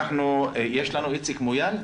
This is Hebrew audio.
איציק מויאל,